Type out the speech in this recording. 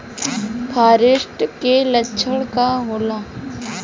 फारेस्ट के लक्षण का होला?